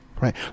right